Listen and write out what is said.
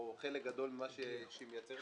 למי היא מוכרת חלק גדול ממה שהיא מייצרת?